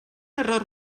error